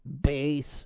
base